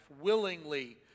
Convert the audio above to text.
willingly